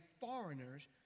foreigners